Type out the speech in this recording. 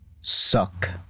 Suck